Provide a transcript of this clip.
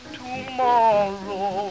tomorrow